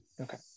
Okay